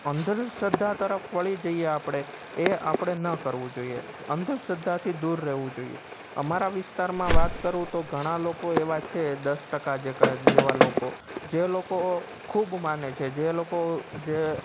અંધશ્રદ્ધા તરફ વળી જઈએ આપણે એ આપણે ન કરવું જોઈએ અંધશ્રદ્ધાથી દૂર રહેવું જોઈએ અમારા વિસ્તારમાં વાત કરું તો ઘણા લોકો એવા છે દસ ટકા જેવા લોકો જે લોકો ખૂબ માને છે જે લોકો જે